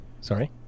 Sorry